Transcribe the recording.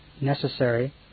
necessary